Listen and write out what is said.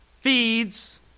feeds